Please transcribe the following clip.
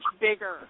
bigger